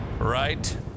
Right